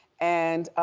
and.